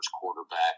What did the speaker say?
quarterback